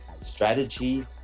strategy